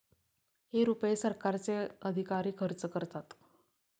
हे रुपये सरकारचे अधिकारी खर्च करतात